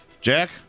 Jack